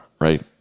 right